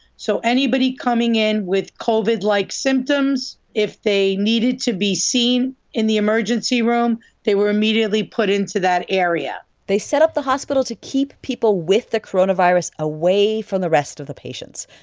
so anybody coming in with covid-like symptoms, if they needed to be seen in the emergency room, they were immediately put into that area they set up the hospital to keep people with the coronavirus away from the rest of the patients,